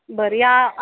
बरं या